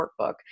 workbook